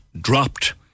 dropped